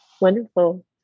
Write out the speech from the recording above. Wonderful